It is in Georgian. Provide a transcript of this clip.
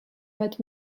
მათ